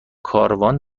کاروان